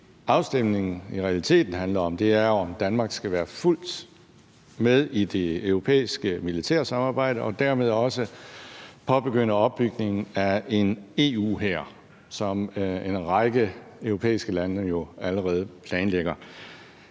afstemningen i realiteten handler om, er, om Danmark skal være fuldt med i det europæiske militære samarbejde og dermed også påbegynde opbygningen af en EU-hær, som en række europæiske lande jo allerede planlægger.